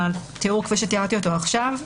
לתיאור כפי שתיארתי עכשיו.